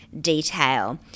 detail